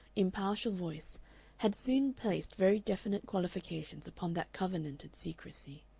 impartial voice had soon placed very definite qualifications upon that covenanted secrecy.